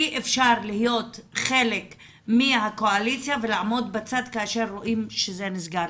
אי אפשר להיות חלק מהקואליציה ולעמוד בצד כאשר רואים שזה נסגר.